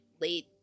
late